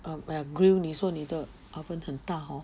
um um grill 你说你的 oven 很大 hor